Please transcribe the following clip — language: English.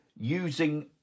using